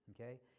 Okay